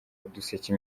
uduseke